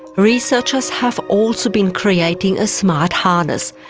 researchers have also been creating a smart harness.